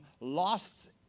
lost